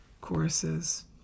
choruses